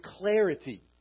clarity